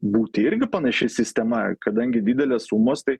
būti irgi panaši sistema kadangi didelės sumos tai